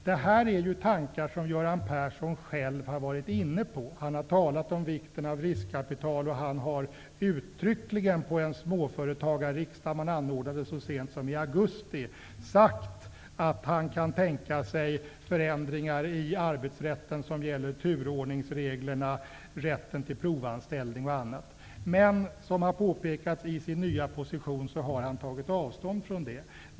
Detta är tankar som Göran Persson själv har varit inne på. Han har talat om vikten av riskkapital, och han har uttryckligen på en småföretagarriksdag, som anordnades så sent som i augusti, sagt att han kan tänka sig förändringar i arbetsrätten som gäller turordningsreglerna, rätten till provanställning och annat. Men i sin nya position har han tagit avstånd från detta.